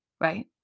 Right